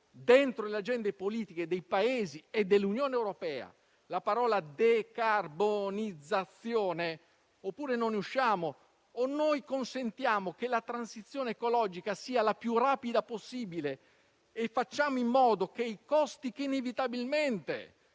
dentro le agende politiche dei Paesi e dell'Unione europea la parola decarbonizzazione oppure non ne usciamo; o noi consentiamo che la transizione ecologica sia la più rapida possibile e facciamo in modo che i costi che inevitabilmente